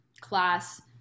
class